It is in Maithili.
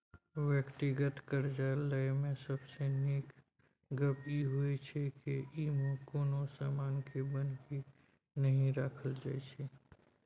व्यक्तिगत करजा लय मे सबसे नीक गप ई होइ छै जे ई मे कुनु समान के बन्हकी नहि राखल जाइत छै